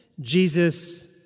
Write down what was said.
Jesus